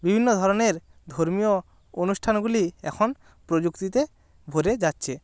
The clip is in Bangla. বিভিন্ন ধরনের ধর্মীয় অনুষ্ঠানগুলি এখন প্রযুক্তিতে ভরে যাচ্ছে